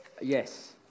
Yes